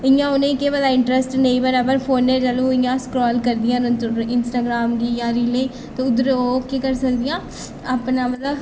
इ'यां उ'नें गी केह् पता इंटरैस्ट नेईं बनै पर फोनै च जदूं इ'यां स्कराल करदियां न इंस्टाग्राम गी जां रीलें गी ते उद्धर ओह् केह् करी सकदियां अपना मतलब